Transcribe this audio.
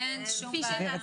אין שום בעיה.